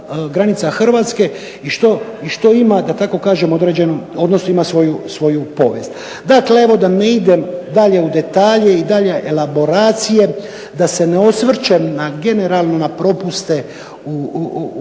granica Hrvatske i što ima da tako kažem određenu, odnosno ima svoju povijest. Dakle, evo da ne idem dalje u detalje i dalje elaboracije, da se ne osvrćem na generalno na propuste u